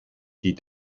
die